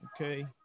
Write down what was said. okay